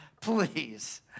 Please